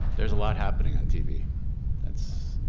there's a lot happening on tv that's,